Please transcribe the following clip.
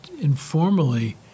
informally